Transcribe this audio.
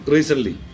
Recently